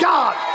God